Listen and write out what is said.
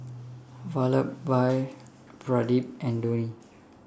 Vallabhbhai Pradip and Dhoni